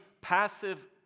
passive